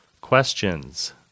questions